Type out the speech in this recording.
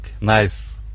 nice